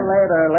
Later